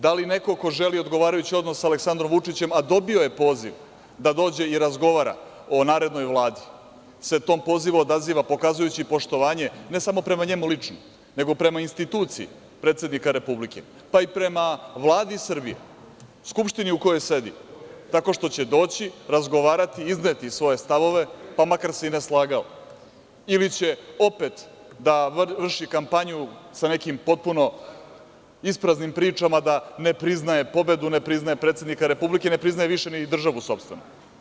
Da li neko ko želi odgovarajući odnos sa Aleksandrom Vučićem, a dobio je poziv da dođe i razgovara o narednoj Vladi sa tim pozivom pokazujući poštovanje, ne samo prema njemu lično, nego prema instituciji predsednika Republike, pa i prema Vladi Srbije, Skupštini u kojoj sedi, tako što će doći razgovarati, izneti svoje stavove, pa makar se i ne slagao, ili će opet da vrši kampanju sa nekim potpuno ispraznim pričama da ne priznaje pobedu, ne priznaje predsednika Republike, ne priznaje više ni državu sopstvenu.